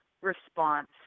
response